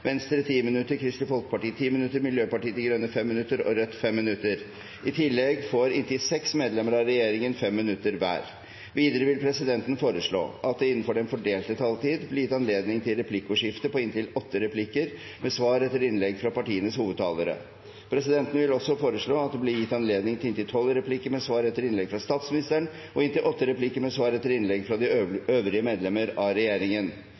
Venstre 10 minutter, Kristelig Folkeparti 10 minutter, Miljøpartiet De Grønne 5 minutter og Rødt 5 minutter. I tillegg får inntil seks medlemmer av regjeringen 5 minutter hver. Videre vil presidenten foreslå at det – innenfor den fordelte taletid – blir gitt anledning til replikkordskifte på inntil åtte replikker med svar etter innlegg fra partienes hovedtalere. Presidenten vil også foreslå at det blir gitt anledning til inntil tolv replikker med svar etter innlegg fra statsministeren og inntil åtte replikker med svar etter innlegg fra de øvrige medlemmer av regjeringen.